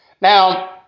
Now